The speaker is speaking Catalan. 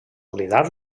oblidar